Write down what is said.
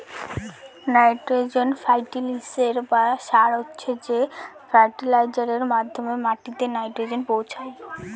nitrogen ফার্টিলিসের বা সার হচ্ছে সে ফার্টিলাইজারের মাধ্যমে মাটিতে নাইট্রোজেন পৌঁছায়